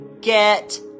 get